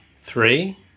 Three